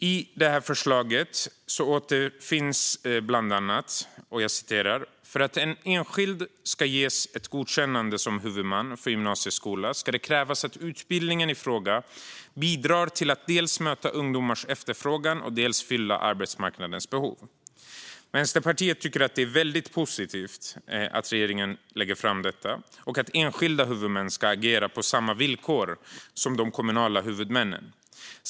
I det här förslaget återfinns formuleringen: "Regeringen föreslår att för att en enskild ska ges ett godkännande som huvudman för gymnasieskola ska det krävas att utbildningen i fråga bidrar till att dels möta ungdomars efterfrågan, dels fylla ett arbetsmarknadsbehov." Vänsterpartiet tycker att det är väldigt positivt att regeringen lägger fram detta och att enskilda huvudmän ska agera på samma villkor som de kommunala huvudmännen.